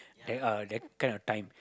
that uh that kind of time